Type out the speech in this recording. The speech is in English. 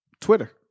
Twitter